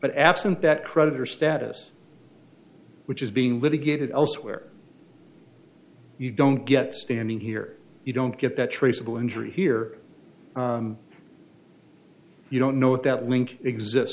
absent that creditor status which is being litigated elsewhere you don't get standing here you don't get that traceable injury here you don't know if that link exist